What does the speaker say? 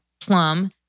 Plum